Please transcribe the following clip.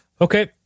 Okay